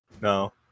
No